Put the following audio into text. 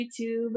YouTube